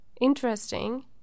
Interesting